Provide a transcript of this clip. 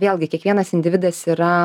vėlgi kiekvienas individas yra